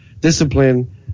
discipline